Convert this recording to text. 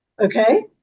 Okay